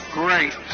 great